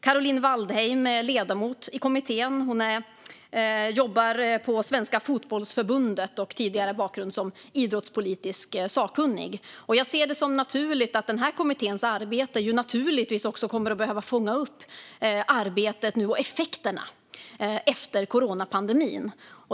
Caroline Waldheim är ledamot i kommittén. Hon jobbar på Svenska Fotbollförbundet och har en bakgrund som idrottspolitiskt sakkunnig. Jag ser det som naturligt att den här kommittén fångar upp arbetet med och effekterna av coronapandemin.